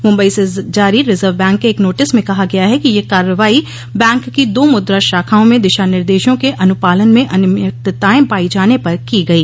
मुंबई से जारी reserve bank के एक नोटिस में कहा गया है कि यह कार्रवाई बैंक की दो मुद्रा शाखाओं में दिशानिर्देशों के अनुपालन में अनियमितताएं पाई गई